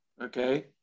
Okay